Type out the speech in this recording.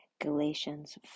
Galatians